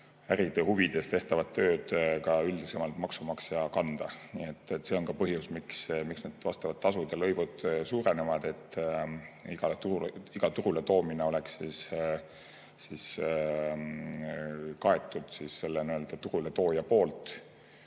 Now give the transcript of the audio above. äride huvides tehtavat tööd üldisemalt maksumaksja kanda. See on ka põhjus, miks need tasud ja lõivud suurenevad, et iga turule toomine oleks kaetud turule tooja oma